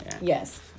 Yes